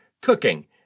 cooking